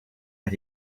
but